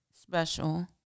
special